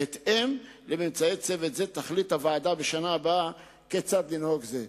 בהתאם לממצאי צוות זה תחליט הוועדה בשנה הבאה כיצד לנהוג בחוק זה.